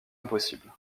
impossible